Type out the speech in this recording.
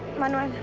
manuel,